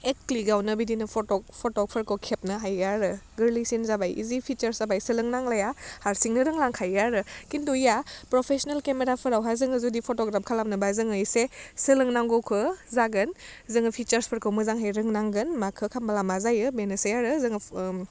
एक क्लिकआवनो बिदिनो फट'क फट'फोरखौ खेबनो हायो आरो गोरलैसिन जाबाय इजि फिसार्च जाबाय सोलोंनांलाया हारसिंनो रोंलांखायो आरो खिन्थु या प्रपेशनेल केमेराफोरावहा जोङो जुदि फट'ग्राप खालामनोबा जोङो एसे सोलोंनांगौखो जागोन जोङो फिसार्चफोरखौ मोजांहै रोंनांगोन माखौ खालामबोला मा जायो बेनोसै आरो जोङो